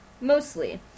Mostly